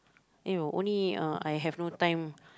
you know only uh I have no time